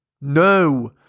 No